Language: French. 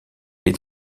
est